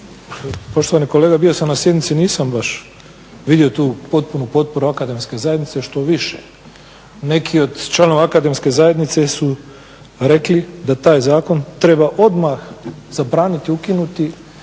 Poštovani kolega, bio sam na sjednici, nisam baš vidio tu potpunu potporu akademske zajednice. Štoviše, neki od članova akademske zajednice su rekli da taj zakon treba odmah zabraniti, ukinuti